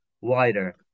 wider